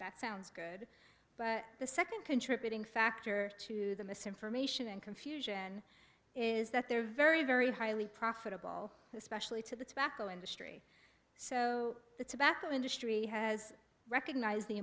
that sounds good but the second contributing factor to the misinformation and confusion is that they're very very highly profitable especially to the tobacco industry so the tobacco industry has recognized the